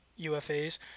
UFAs